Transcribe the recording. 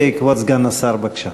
כבוד סגן השר, בבקשה.